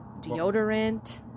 deodorant